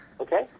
Okay